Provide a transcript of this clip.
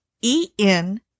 E-N